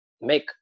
make